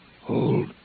Hold